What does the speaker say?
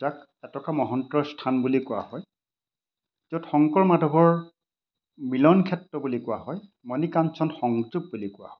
যাক এটকা মহন্তৰ স্থান বুলি কোৱা হয় য'ত শংকৰ মাধৱৰ মিলনক্ষেত্ৰ বুলি কোৱা হয় মণিকাঞ্চন সংযোগ বুলি কোৱা হয়